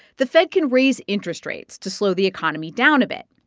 the fed can raise interest rates to slow the economy down a bit.